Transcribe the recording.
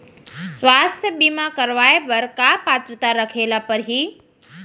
स्वास्थ्य बीमा करवाय बर का पात्रता रखे ल परही?